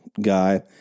guy